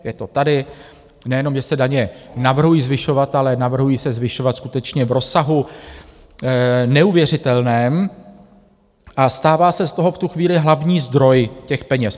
Je to tady, nejenom že se daně navrhují zvyšovat, ale navrhují se zvyšovat skutečně v rozsahu neuvěřitelném, a stává se z toho v tu chvíli hlavní zdroj těch peněz.